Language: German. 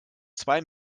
zwei